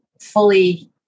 fully